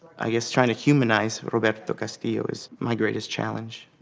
i guess trying to humanize roberto castillo is my greatest challenge.